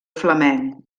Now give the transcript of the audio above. flamenc